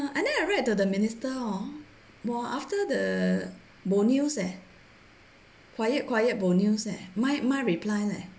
and then I write to the minister hor !wah! after the bo news eh quiet quiet bo news eh mine reply leh